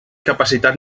capacitat